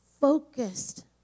focused